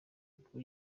ubwo